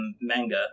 manga